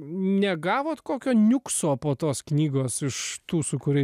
negavot kokio niukso po tos knygos iš tų su kuriais